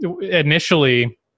initially